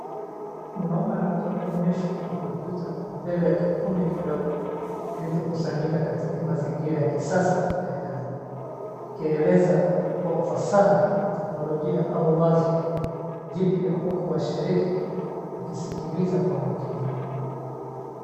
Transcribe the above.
Mwanume anapoonyesha na computer mbele ya kikundi kidogo, kilichokusanyika katika mazingira ya kisasa ya kazi, akieleza kwa ufasaha teknolojia au wazo jipya huku washiriki wakisikiliza kwa makini.